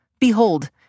behold